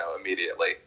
immediately